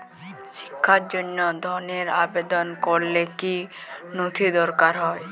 শিক্ষার জন্য ধনের আবেদন করলে কী নথি দরকার হয়?